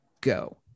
Go